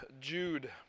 Jude